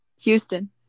Houston